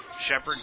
Shepard